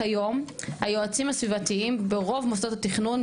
כיום היועצים הסביבתיים ברוב מוסדות התכנון,